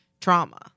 trauma